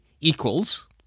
equals